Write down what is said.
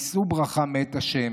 יישאו ברכה מאת ה'.